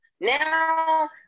Now